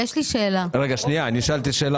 כמו שהסברתי,